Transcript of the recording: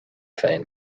féin